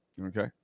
Okay